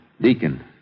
Deacon